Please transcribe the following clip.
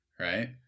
right